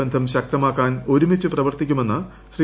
ബന്ധം ശക്തമാക്കാൻ ഒരുമിച്ചു പ്രവർത്തിക്കാമെന്ന് ശ്രീ